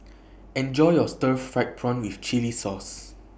Enjoy your Stir Fried Prawn with Chili Sauce